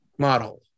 model